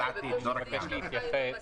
בבקשה, היועץ המשפטי.